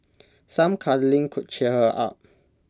some cuddling could cheer her up